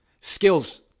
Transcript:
Skills